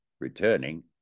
returning